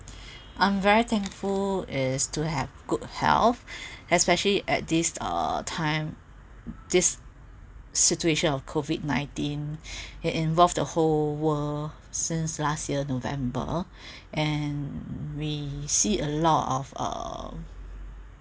I'm very thankful is to have good health especially at this uh time this situation of COVID nineteen it involved the whole world since last year november and we see a lot of uh